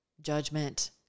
judgment